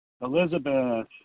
Elizabeth